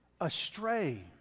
astray